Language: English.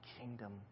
kingdom